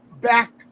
back